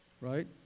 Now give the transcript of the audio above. Right